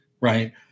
right